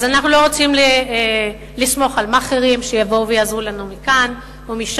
אז אנחנו לא רוצים לסמוך על מאכערים שיבואו ויעזרו לנו מכאן ומשם.